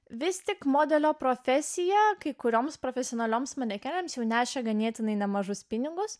vis tik modelio profesija kai kurioms profesionalioms manekenėms jau nešė ganėtinai nemažus pinigus